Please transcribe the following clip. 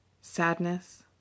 sadness